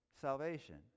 salvation